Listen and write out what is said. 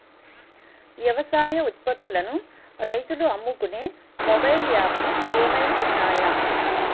వ్యవసాయ ఉత్పత్తులను రైతులు అమ్ముకునే మొబైల్ యాప్ లు ఏమైనా ఉన్నాయా?